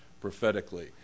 prophetically